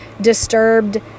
disturbed